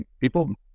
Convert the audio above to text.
people